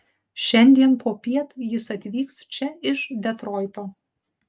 šiandien popiet jis atvyks čia iš detroito